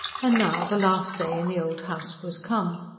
and now the last day in the old house was come.